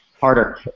harder